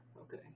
okay